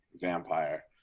vampire